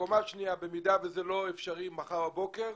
וקומה שנייה, במידה וזה לא אפשרי מחר בבוקר,